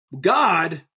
God